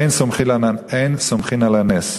אין סומכין על הנס.